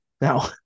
Now